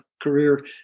career